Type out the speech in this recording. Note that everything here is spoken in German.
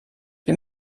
bin